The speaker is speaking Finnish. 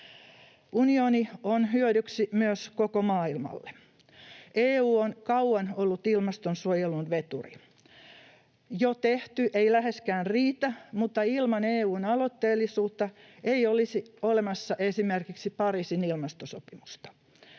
Unioni on hyödyksi myös koko maailmalle. EU on kauan ollut ilmastonsuojelun veturi. Jo tehty ei läheskään riitä, mutta ilman EU:n aloitteellisuutta ei olisi olemassa esimerkiksi Pariisin ilmastosopimusta.